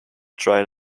dried